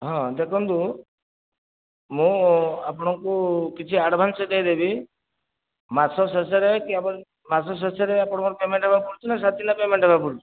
ହଁ ଦେଖନ୍ତୁ ମୁଁ ଆପଣଙ୍କୁ କିଛି ଆଡ଼୍ଭାନ୍ସ ଦେଇଦେବି ମାସ ଶେଷରେ କି ଆପଣ ମାସ ଶେଷରେ ଆପଣଙ୍କ ପେମେଣ୍ଟ୍ ଦେବାକୁ ପଡ଼ୁଛି ନା ଷ୍ଟାଟିଙ୍ଗ୍ରେ ପେମେଣ୍ଟ୍ ଦେବାକୁ ପଡ଼ୁଛି